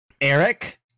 Eric